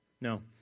No